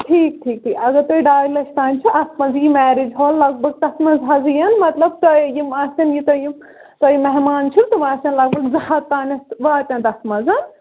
ٹھیٖک ٹھیٖک ٹھیٖک اَگر تۄہہِ ڈاے لَچھ تانۍ چھُ اَتھ منٛز ای مٮ۪ریج حال لَگ بَگ تَتھ منٛز حظ اِن مطلب تۄہہِ یِم آسن یوٗتاہ یِم تۄہہِ مہمان چھُو تم آسن لَگ بَگ ز ہَتھ تانٮ۪تھ واتان تَتھ منٛز